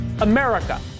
America